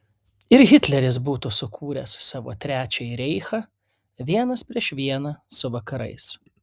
ir hitleris būtų sukūręs savo trečiąjį reichą vienas prieš vieną su vakarais